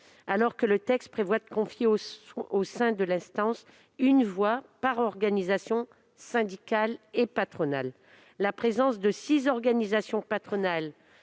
alors que le texte prévoit de confier, au sein de l'instance, une voix par organisation syndicale et patronale. La présence de six organisations patronales